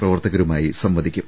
പ്രവർത്തകരുമായി സംവദിക്കും